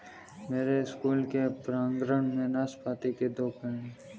मेरे स्कूल के प्रांगण में नाशपाती के दो पेड़ हैं